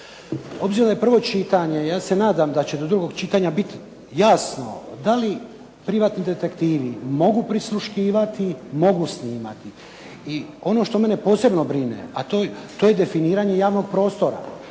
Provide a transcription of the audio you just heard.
Obzirom da je prvo čitanje ja se nadam da će do drugog čitanja biti jasno da li privatni detektivi mogu prisluškivati, mogu snimati i ono što mene posebno brine, a to je definiranje javnog prostora.